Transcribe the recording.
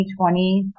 2020